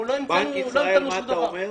אנחנו לא המצאנו שום דבר.